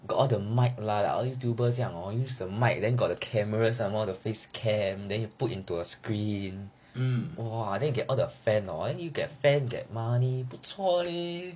got all the mic lah like youtubers 这样 hor use the mic then got the cameras some more the face cam then you put into a screen um !wah! then you get all the fan then you get fan get money 不错 leh